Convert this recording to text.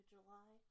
July